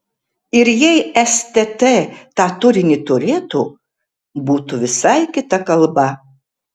ir jei stt tą turinį turėtų būtų visai kita kalba